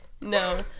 no